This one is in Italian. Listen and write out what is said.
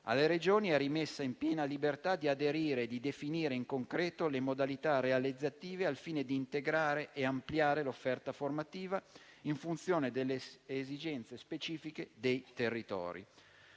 Alle Regioni è rimessa la piena libertà di aderire e di definire in concreto le modalità realizzative, al fine di integrare e ampliare l'offerta formativa in funzione delle esigenze specifiche dei territori.